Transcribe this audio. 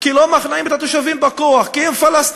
כי לא מכניעים את התושבים בכוח כי הם פלסטינים.